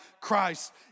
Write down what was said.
Christ